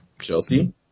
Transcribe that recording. Chelsea